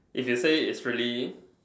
if you say it's really